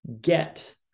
get